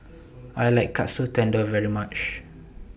I like Katsu Tendon very much